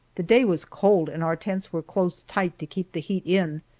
the day was cold and our tents were closed tight to keep the heat in,